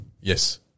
Yes